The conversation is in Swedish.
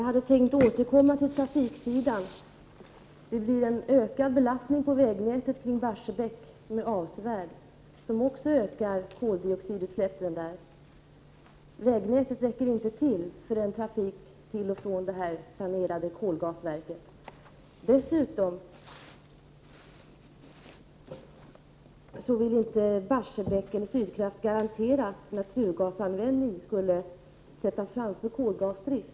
Herr talman! Jag vill ta upp trafiksidan. Det blir en avsevärd ökning av belastningen på vägnätet kring Barsebäck, vilket också leder till en ökning av koldioxidutsläppen. Vägnätet räcker inte till för trafiken till och från det planerade kol-gaskraftverket. Dessutom vill inte Barsebäck eller Sydkraft garantera att naturgasanvändning skall sättas före koloch gasdrift.